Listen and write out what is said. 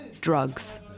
drugs